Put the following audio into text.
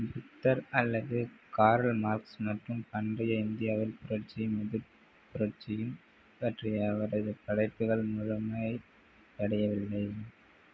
புத்தர் அல்லது Karl Marx மற்றும் பண்டைய இந்தியாவில் புரட்சியும் எதிர்ப்புரட்சியும் பற்றிய அவரது படைப்புகள் முழுமை அடையவில்லை